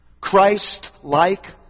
Christ-like